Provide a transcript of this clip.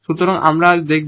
সুতরাং আমরা আজ দেখব